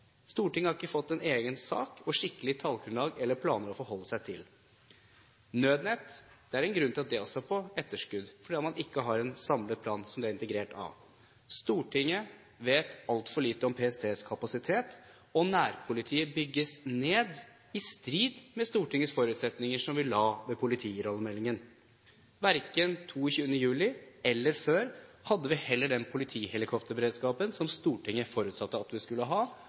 Stortinget har ikke fått en egen sak, et skikkelig tallgrunnlag eller planer å forholde seg til. Det er en grunn til at også Nødnett er på etterskudd, for man har ikke en samlet plan som det er integrert i. Stortinget vet altfor lite om PSTs kapasitet, og nærpolitiet bygges ned, i strid med Stortingets forutsetninger som vi la i forbindelse med politirollemeldingen. Verken 22. juli eller tidligere hadde vi den politihelikopterberedskapen som Stortinget forutsatte at vi skulle ha,